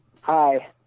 Hi